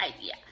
idea